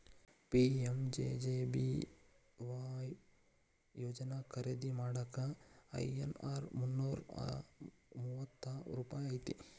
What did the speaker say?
PMJJBY ಯೋಜನಾ ಖರೇದಿ ಮಾಡಾಕ ಐ.ಎನ್.ಆರ್ ಮುನ್ನೂರಾ ಮೂವತ್ತ ರೂಪಾಯಿ ಐತಿ